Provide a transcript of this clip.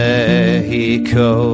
Mexico